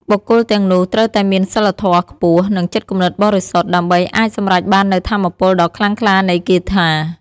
បុគ្គលទាំងនោះត្រូវតែមានសីលធម៌ខ្ពស់ និងចិត្តគំនិតបរិសុទ្ធ ដើម្បីអាចសម្រេចបាននូវថាមពលដ៏ខ្លាំងក្លានៃគាថា។